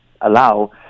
allow